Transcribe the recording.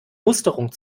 musterung